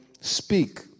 speak